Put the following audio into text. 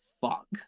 fuck